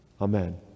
Amen